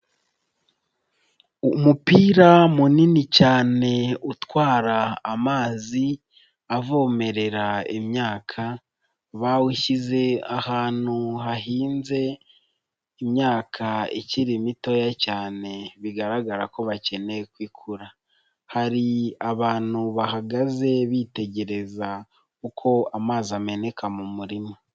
Umupira munini cyane utwara amazi avomerera imyaka bawushyize ahantu hahinze imyaka ikiri mitoya cyane, bigaragara ko bakeneye ko ikura, hari abantu bahagaze bitegereza uko amazi ameneka mu murima.